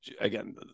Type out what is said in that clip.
again